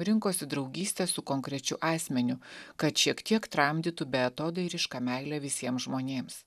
rinkosi draugystę su konkrečiu asmeniu kad šiek tiek tramdytų beatodairišką meilę visiems žmonėms